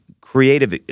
creative